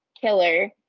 killer